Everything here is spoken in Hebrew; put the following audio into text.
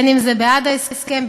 אם בעד ההסכם,